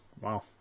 Wow